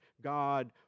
God